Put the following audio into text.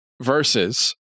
versus